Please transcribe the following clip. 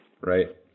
Right